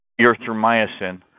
erythromycin